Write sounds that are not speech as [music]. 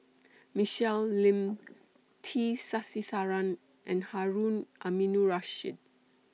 [noise] Michelle Lim [noise] T Sasitharan and Harun Aminurrashid